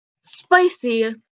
spicy